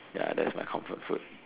ya that's my comfort food